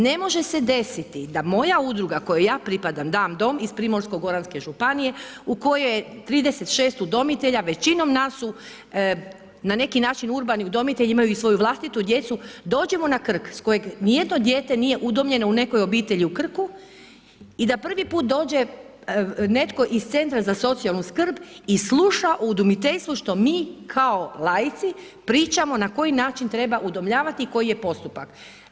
Ne može se desiti da moja udruga, kojoj ja pripadam, Dam dom, iz Primorsko goranske županije, u kojoj je 36 udomitelja, većinom nas su na neki način urbani udomitelji, imaju i svoju vlasatu djecu dođimo na Krk s kojega ni jedno dijete nije udomljeno u nekoj obitelji u Krku i da prvi put dođe, netko iz centra za socijalnu skrb i sluša o udomiteljstvu što mi kao laici, pričamo na koji način treba udomljavati i koji je postupak.